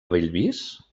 bellvís